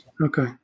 Okay